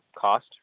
cost